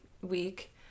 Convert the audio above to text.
week